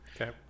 Okay